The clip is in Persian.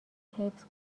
حفظ